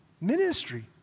ministry